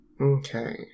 Okay